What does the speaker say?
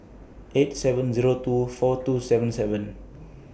eight seven Zero two four two seven seven